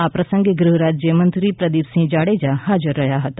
આ પ્રસંગે ગૃહ રાજ્ય મંત્રી પ્રદીપસિંહ જાડેજા હાજર રહ્યા હતા